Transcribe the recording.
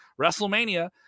WrestleMania